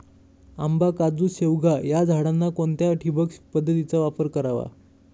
आंबा, काजू, शेवगा या झाडांना कोणत्या ठिबक पद्धतीचा वापर करावा?